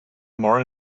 more